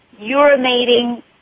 urinating